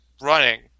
running